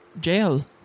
jail